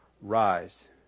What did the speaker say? Rise